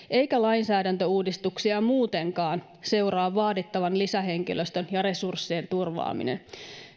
eikä lainsäädäntöuudistuksia muutenkaan seuraa vaadittavan lisähenkilöstön ja resurssien turvaaminen